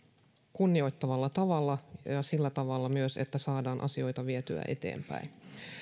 kunnioittavalla tavalla ja ja sillä tavalla myös että saadaan asioita vietyä eteenpäin